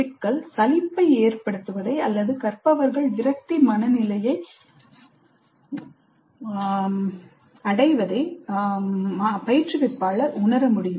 சிக்கல் சலிப்பை ஏற்படுத்துவதை அல்லது கற்பவர்கள் விரக்தி மனநிலையை அடைவதை பயிற்றுவிப்பாளர் உணர முடியும்